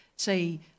say